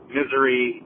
misery